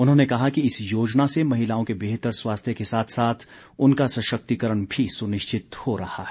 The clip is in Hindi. उन्होंने कहा कि इस योजना से महिलाओं के बेहतर स्वास्थ्य के साथ साथ उनका सशक्तिकरण भी सुनिश्चित हो रहा है